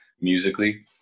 musically